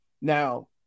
Now